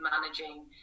managing